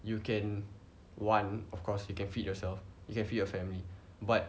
you can one of course you can feed yourself you can feed your family but